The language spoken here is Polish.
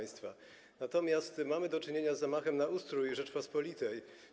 Natomiast mamy do czynienia z zamachem na ustrój Rzeczypospolitej.